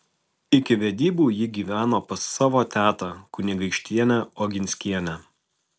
iki vedybų ji gyveno pas savo tetą kunigaikštienę oginskienę